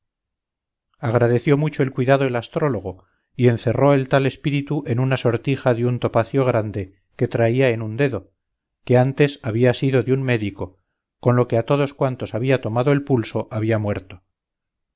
agradeció mucho el cuidado el astrólogo y encerró el tal espíritu en una sortija de un topacio grande que traía en un dedo que antes había sido de un médico con que a todos cuantos había tomado el pulso había muerto